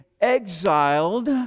exiled